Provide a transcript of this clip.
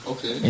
Okay